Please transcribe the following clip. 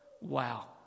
Wow